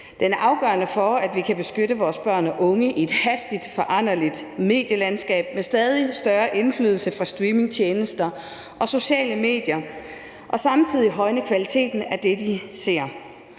Den er afgørende for, at vi kan beskytte vores børn og unge i et hastigt foranderligt medielandskab med stadig større indflydelse fra streamingtjenester og sociale medier, og at vi samtidig kan højne kvaliteten af det, de ser.